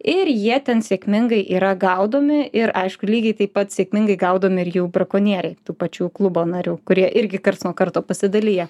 ir jie ten sėkmingai yra gaudomi ir aišku lygiai taip pat sėkmingai gaudomi ir jų brakonieriai tų pačių klubo narių kurie irgi karts nuo karto pasidalija